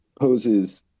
poses